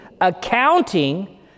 accounting